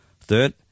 Third